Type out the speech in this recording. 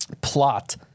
plot